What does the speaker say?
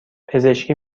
پزشکی